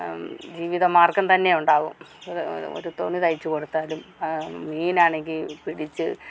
ജീവിതമാർഗം തന്നെ ഉണ്ടാവും ഒരു തുണി തയ്ച്ചു കൊടുത്താലും മീൻ ആണെങ്കിൽ പിടിച്ച്